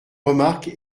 remarque